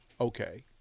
okay